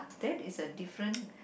that is the different